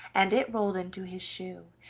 and it rolled into his shoe,